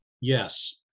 Yes